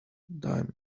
diamonds